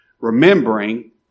remembering